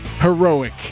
Heroic